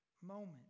moment